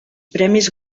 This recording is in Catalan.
premis